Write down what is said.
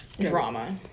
drama